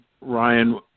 Ryan